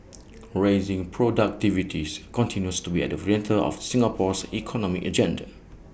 raising productivities continues to be at the centre of Singapore's economic agenda